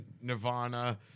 Nirvana